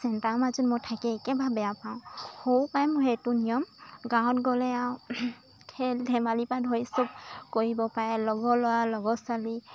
centre মাজত মই থাকি একেবাৰে বেয়া পাওঁ সৰু পাই মই সেইটো নিয়ম গাঁৱত গ'লে আৰু খেল ধেমালি পা ধৰি চব কৰিব পাৰে লগৰ ল'ৰা লগৰ ছোৱালী